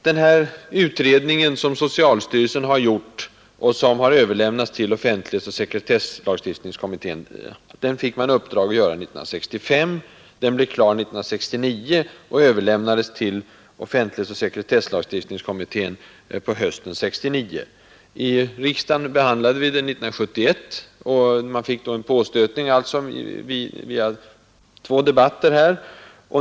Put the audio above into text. Den utredning som socialstyrelsen har utfört, och som har överlämnats till offentlighetsoch sekretesslagstiftningskommittén fick man i uppdrag att göra 1965. Den blev klar våren 1969 och överlämnades till offentlighetsoch sekretesslagstiftningskommittén på hösten 1969. I riksdagen behandlade vi frågan 1971. Man fick då alltså en påstötning genom två debatter här.